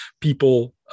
people